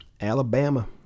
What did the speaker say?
Alabama